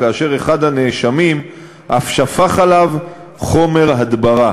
כאשר אחד הנאשמים אף שפך עליו חומר הדברה.